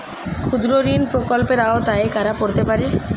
ক্ষুদ্রঋণ প্রকল্পের আওতায় কারা পড়তে পারে?